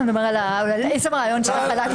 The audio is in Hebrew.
מדבר על עצם הרעיון של החלת הרציפות?